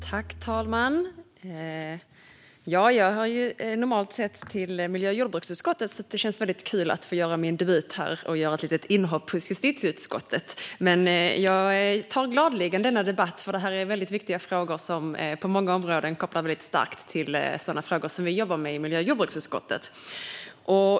Fru talman! Jag hör normalt sett till miljö och jordbruksutskottet. Det känns därför kul att få göra debut i och ett litet inhopp hos justitieutskottet. Jag tar gladeligen denna debatt. Det är viktiga frågor, som på många områden har starka kopplingar till frågor som vi jobbar med i miljö och jordbruksutskottet.